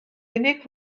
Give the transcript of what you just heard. unig